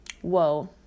Whoa